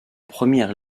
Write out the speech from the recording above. première